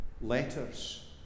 letters